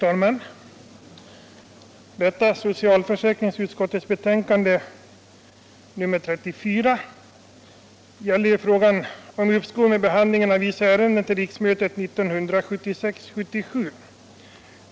Fru talman! Socialförsäkringsutskottets förevarande betänkande nr 34 handlar om uppskov med behandlingen av vissa ärenden till riksmötet 1976/77.